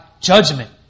judgment